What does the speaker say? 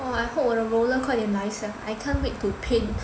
!wah! I hope 我的 roller 快点来 sia I can't wait to paint